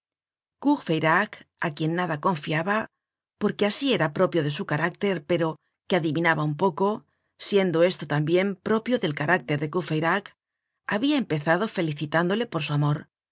á quien nada confiaba porque asi era propio de su carácter pero que adivinaba un poco siendo esto tambien propio del carácter de courfeyrac habia empezado felicitándole por su amor